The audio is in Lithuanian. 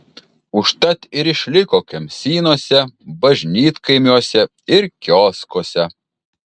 užtat ir išliko kemsynuose bažnytkaimiuose ir kioskuose